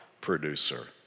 producer